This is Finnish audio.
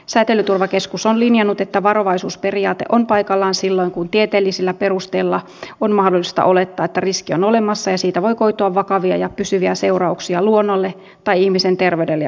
säteilyturvakeskus on linjannut että varovaisuusperiaate on paikallaan silloin kun tieteellisillä perusteilla on mahdollista olettaa että riski on olemassa ja siitä voi koitua vakavia ja pysyviä seurauksia luonnolle tai ihmisen terveydelle ja hyvinvoinnille